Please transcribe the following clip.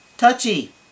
touchy